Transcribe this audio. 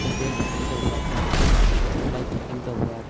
hotel booking ꯇꯧꯕ flight taking flight booking ꯇꯧꯕ